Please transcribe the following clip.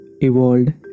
evolved